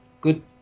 good